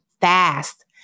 fast